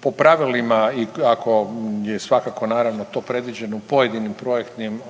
Po pravilima i kako je svakako naravno to predviđeno u pojedinim projektnim